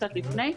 קצת לפני,